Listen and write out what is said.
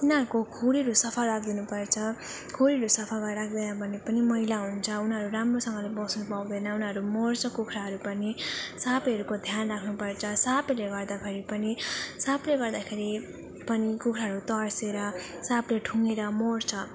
उनीहरूको खोरहरू सफा राखिदिनु पर्छ खोरहरू सफा गरेर राख्दैन भने पनि मैला हुन्छ उनीहरू राम्रोसँगले बस्नु पाउँदैन उनीहरू मर्छ कुखुराहरू पनि साँपहरूको ध्यान राख्नु पर्छ साँपहरूले गर्दाखेरि पनि साँपले गर्दाखेरि पनि कुखुराहरू तर्सेर साँपले ठुङेर मर्छ